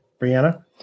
Brianna